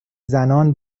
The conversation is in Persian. زنان